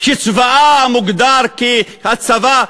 שצבאה מוגדר הצבא,